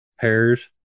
pairs